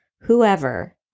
whoever